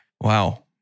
Wow